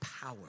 power